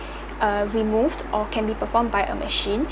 uh removed or can be performed by a machine